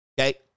Okay